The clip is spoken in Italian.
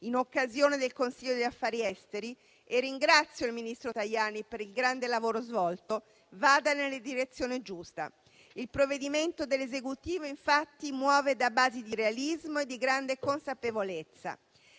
in occasione del Consiglio degli affari esteri - e ringrazio il ministro Tajani per il grande lavoro svolto - vada nella direzione giusta. Il provvedimento dell'Esecutivo, infatti, muove da basi di realismo e di grande consapevolezza.